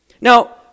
Now